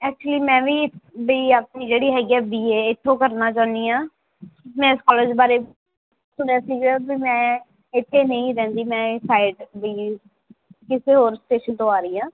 actually ਮੈਂ ਵੀ ਬਈ ਆਪਣੀ ਜਿਹੜੀ ਹੈਗੀ ਆ ਬੀ ਏ ਇੱਥੋਂ ਕਰਨਾ ਚਾਹੁੰਦੀ ਹਾਂ ਮੈਂ ਇਸ ਕਾਲਜ ਬਾਰੇ ਸੁਣਿਆ ਸੀਗਾ ਵੀ ਮੈਂ ਇੱਥੇ ਨਹੀਂ ਰਹਿੰਦੀ ਮੈਂ ਇਸ ਸਾਈਡ ਵੀ ਕਿਸੇ ਹੋਰ ਸਟੇਸ਼ਨ ਤੋਂ ਆ ਰਹੀ ਹਾਂ